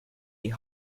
die